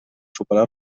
superar